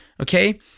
okay